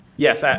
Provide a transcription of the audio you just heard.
yes,